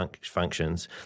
functions